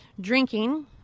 drinking